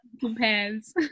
compares